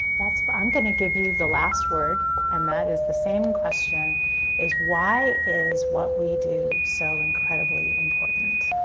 i'm going to give you the last word and that is the same question is why is what we do so incredibly important?